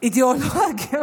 אידיאולוגים